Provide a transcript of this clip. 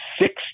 Six